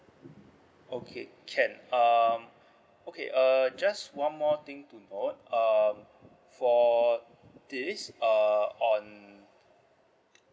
okay can um okay uh just one more thing to note um for these uh on